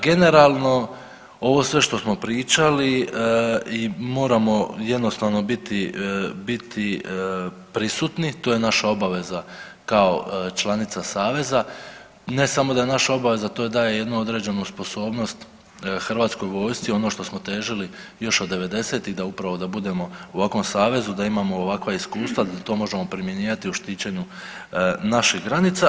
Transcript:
Generalno, ovo sve što smo pričali i moramo jednostavno biti prisutni, to je naša obaveza kao članica Saveza, ne samo da je naša obaveza to daje jednu određenu sposobnost Hrvatskoj vojsci ono što smo težili jod od '90.-tih i da upravo budemo u ovakvom Savezu, da imamo ovakva iskustva da to možemo primjenjivati u štićenju naših granica.